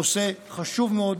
נושא חשוב מאוד.